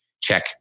check